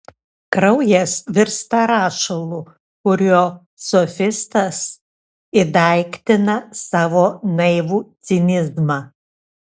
kraujas virsta rašalu kuriuo sofistas įdaiktina savo naivų cinizmą